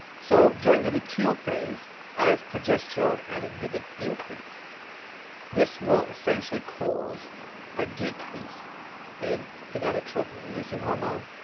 so during the luteal phase as progesterone and inhibin increase this will essentially cause a decrease in gonadotropin releasing hormone,